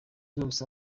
zose